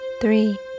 three